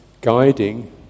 guiding